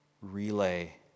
relay